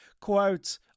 Quote